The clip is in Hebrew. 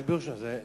רק בירושלים.